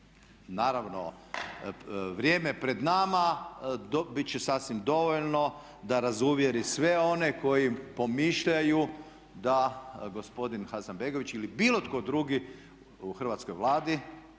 naravno vrijeme pred nama, biti će sasvim dovoljno da razuvjeri sve one koji pomišljaju da gospodin Hasanbegović ili bilo tko drugi u hrvatskoj Vladi